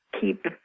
keep